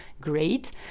great